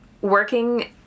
working